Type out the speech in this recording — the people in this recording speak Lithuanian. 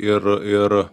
ir ir